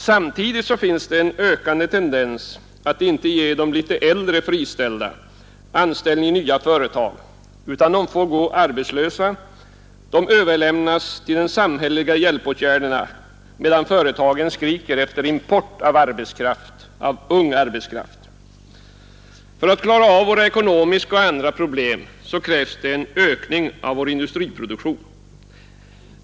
Samtidigt finns det en ökande tendens att inte ge de litet äldre friställda anställning i nya företag, utan de får gå arbetslösa och överlämnas till de samhälleliga hjälpåtgärderna, medan företagen skriker efter import av arbetskraft, av ung arbetskraft. För att klara av våra ekonomiska och andra problem krävs en ökning av vår industriproduktion.